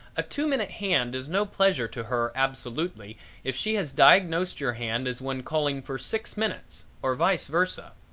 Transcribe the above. a two minute hand is no pleasure to her absolutely if she has diagnosed your hand as one calling for six minutes, or vice versa.